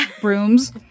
brooms